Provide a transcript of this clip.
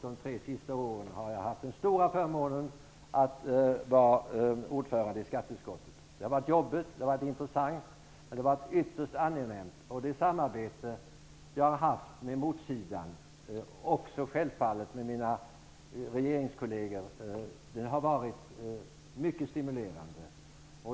De tre sista åren har jag haft den stora förmånen att vara ordförande i skatteutskottet. Det har varit jobbigt, det har varit intressant och det har varit ytterst angenämt, både det samarbete jag har haft med motståndarsidan och självfallet med mina regeringskolleger. Det har varit mycket stimulerande.